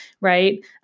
Right